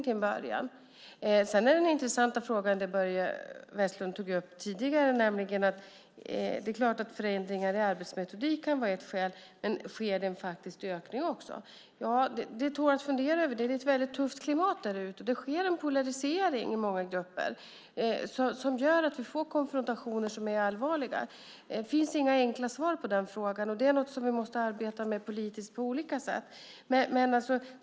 Förändringar i arbetsmetodik kan ju vara ett skäl, men det som Börje Vestlund tog upp tidigare, nämligen om det sker en faktisk ökning är något som tål att fundera på. Det är ett väldigt tufft klimat där ute. Det sker en polarisering i många grupper som gör att vi får konfrontationer som är allvarliga. Det finns inga enkla svar på frågan. Det är något som vi måste arbeta med politiskt på olika sätt.